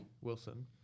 Wilson